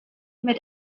mit